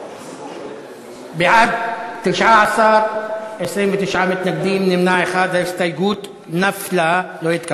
רוזין, עיסאווי פריג' ותמר זנדברג, להלן: